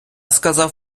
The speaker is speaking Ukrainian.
сказав